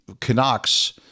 Canucks